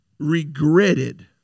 regretted